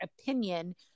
opinion